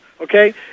okay